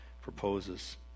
proposes